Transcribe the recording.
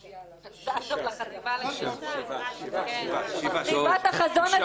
הצבעה בעד החוק 9 נגד,